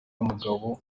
umugabo